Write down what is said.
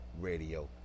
radio